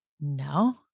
No